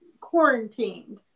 quarantined